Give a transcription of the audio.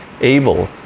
able